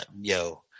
yo